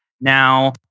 now